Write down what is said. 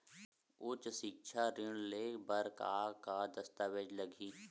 उच्च सिक्छा ऋण ले बर का का दस्तावेज लगही?